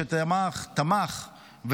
שתמך,